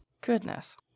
Goodness